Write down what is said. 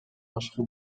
башкы